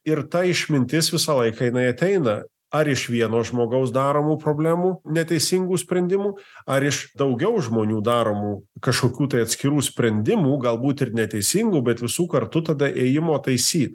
ir ta išmintis visą laiką jinai ateina ar iš vieno žmogaus daromų problemų neteisingų sprendimų ar iš daugiau žmonių daromų kažkokių tai atskirų sprendimų galbūt ir neteisingų bet visų kartu tada ėjimo taisyt